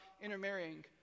intermarrying